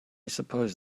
suppose